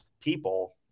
people